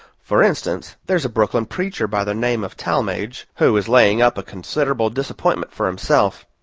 for instance, there's a brooklyn preacher by the name of talmage, who is laying up a considerable disappointment for himself.